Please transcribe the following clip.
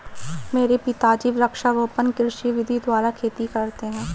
मेरे पिताजी वृक्षारोपण कृषि विधि द्वारा खेती करते हैं